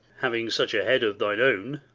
having such a head of thine own.